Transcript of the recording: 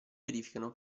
verificano